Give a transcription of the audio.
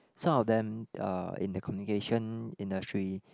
some of them uh in the communication industry